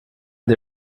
der